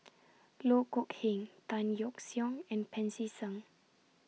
Loh Kok Heng Tan Yeok Seong and Pancy Seng